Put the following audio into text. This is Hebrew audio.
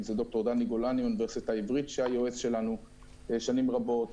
אם זה ד"ר דני גולני מהאוניברסיטה העברית שהיה יועץ שלנו שנים רבות,